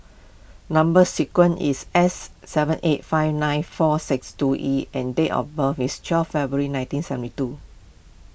Number Sequence is S seven eight five nine four six two E and date of birth is twelve February nineteen seventy two